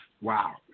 Wow